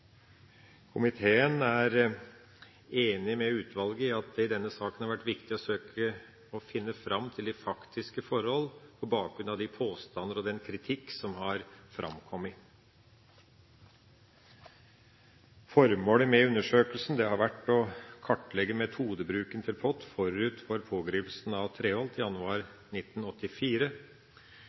Komiteen er enig med utvalget i at det i denne saken har vært viktig å søke å finne fram til de faktiske forhold på bakgrunn av de påstander og den kritikk som har framkommet. Formålet med undersøkelsen har vært å kartlegge metodebruken til POT forut for pågripelsen av Treholt i januar 1984.